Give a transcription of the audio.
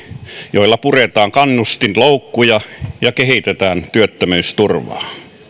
joilla puretaan kannustinloukkuja ja kehitetään työttömyysturvaa